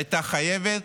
הייתה חייבת,